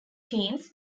teams